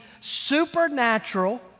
supernatural